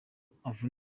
avunika